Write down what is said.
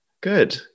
good